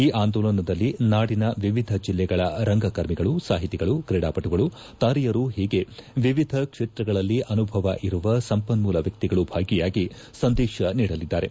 ಈ ಆಂದೋಲನದಲ್ಲಿ ನಾಡಿನ ವಿವಿಧ ಜಿಲ್ಲೆಗಳ ರಂಗಕರ್ಮಿಗಳು ಸಾಹಿತಿಗಳು ಕ್ರೇಡಾಪಟುಗಳು ತಾರೆಯರು ಹೀಗೆ ವಿವಿಧ ಕ್ಷೇತ್ರಗಳಲ್ಲಿ ಅನುಭವ ಇರುವ ಸಂಪನ್ನೂಲ ವ್ಯಕ್ತಿಗಳು ಭಾಗಿಯಾಗಿ ಸಂದೇಶ ನೀಡಲಿದ್ದಾರೆ